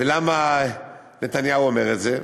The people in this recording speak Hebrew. ולמה נתניהו אומר את זה?